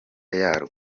yarwo